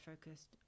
focused